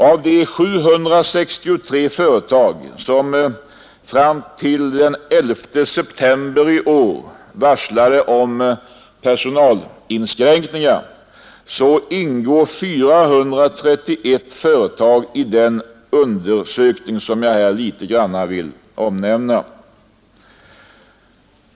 Av de 763 företag som framtill den 11 september i år varslade om personalinskränkningar ingår 431 företag i denna undersökning, som jag här något vill beröra.